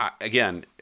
again